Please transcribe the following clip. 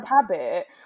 habit